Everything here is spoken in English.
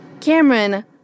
Cameron